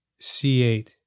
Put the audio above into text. C8